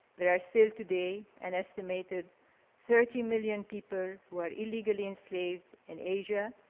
there are still today an estimated thirty million people who are illegally enslaved in asia,